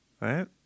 Right